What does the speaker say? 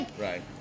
right